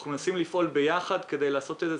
אנחנו מנסים לפעול ביחד כדי לעשות את זה.